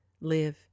live